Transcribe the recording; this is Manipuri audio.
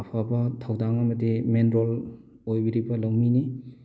ꯑꯐꯕ ꯊꯧꯗꯥꯡ ꯑꯃꯗꯤ ꯃꯦꯟ ꯔꯣꯜ ꯑꯣꯏꯕꯤꯔꯤꯕ ꯂꯧꯃꯤꯅꯤ